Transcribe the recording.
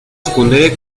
secundaria